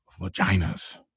vaginas